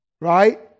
right